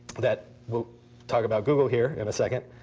that we'll talk about google here in a second,